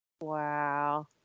Wow